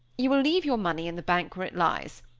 you will leave your money in the bank where it lies.